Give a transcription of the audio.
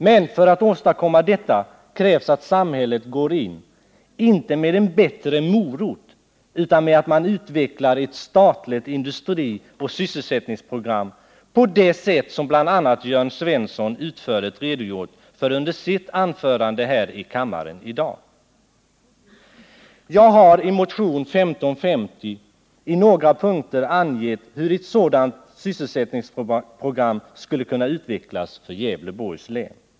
Men för att åstadkomma detta krävs att samhället går in, inte med en bättre morot utan med att man utvecklar ett statligt industrioch sysselsättningsprogram på det sätt som bl.a. Jörn Svensson utförligt redogjort för under sitt anförande här i kammaren i dag. Jag har i motionen 1550 i några punkter angett hur ett sådant sysselsättningsprogram skulle kunna utvecklas för Gävleborgs län.